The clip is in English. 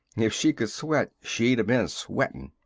if she could sweat, she'd've been sweating!